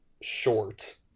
short